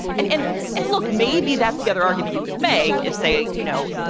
and and and look, maybe that's the other argument you could make as say, you know,